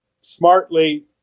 smartly